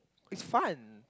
is fun